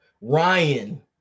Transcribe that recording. Ryan